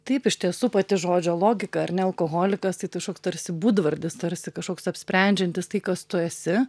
taip iš tiesų pati žodžio logika ar ne alkoholikas tai kažkoks tarsi būdvardis tarsi kažkoks apsprendžiantis tai kas tu esi